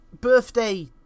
birthday